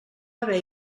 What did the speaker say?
haver